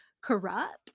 corrupt